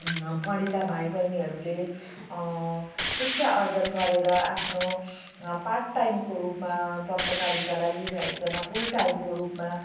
पढेका भाइबहिनीहरूले शिक्षा अर्जन गरेर आफ्नो पार्टटाइमको रूपमा पत्रकारितालाई लिइरहेको छन् फुलटाइमको रूपमा